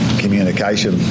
communication